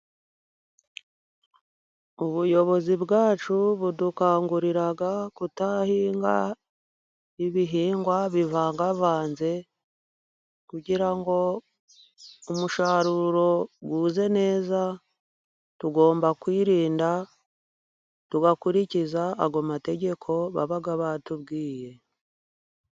Ubuyobozi bwacu budukangurira kudahinga ibihingwa bivangavanze, kugirango umusaruro uze neza, tugomba kwirinda, tugakurikiza ayo mategeko baba batubwiye.